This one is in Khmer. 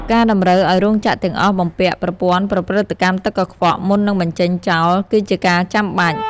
ការតម្រូវឱ្យរោងចក្រទាំងអស់បំពាក់ប្រព័ន្ធប្រព្រឹត្តកម្មទឹកកខ្វក់មុននឹងបញ្ចេញចោល គឺជាការចាំបាច់។